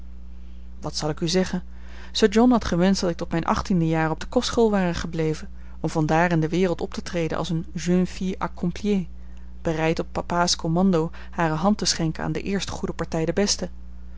wat zal ik u zeggen sir john had gewenscht dat ik tot mijn achttiende jaar op de kostschool ware gebleven om van daar in de wereld op te treden als eene jeune fille accomplie bereid op papa's commando hare hand te schenken aan de eerste goede partij de beste